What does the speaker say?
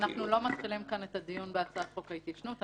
אנחנו לא מתחילים כאן את הדיון בהצעת חוק ההתיישנות.